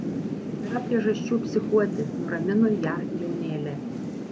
nėra priežasčių psichuoti nuramino ją jaunėlė